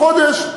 או חודש,